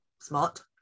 smart